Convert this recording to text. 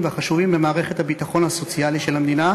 והחשובים במערכת הביטחון הסוציאלי של המדינה,